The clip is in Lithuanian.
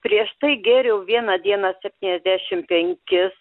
prieš tai gėriau viena diena septyniasdešim penkis